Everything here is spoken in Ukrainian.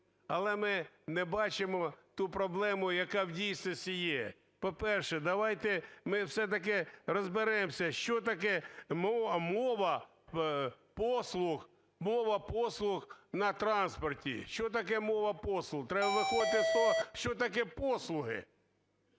але ми не бачимо ту проблему, яка в дійсності є. По-перше, давайте ми все-таки розберемося, що таке мова послуг на транспорті, що таке мова послуг. Треба виходити з того, що таке послуги